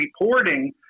reporting